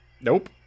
Nope